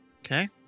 Okay